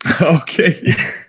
Okay